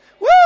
Woo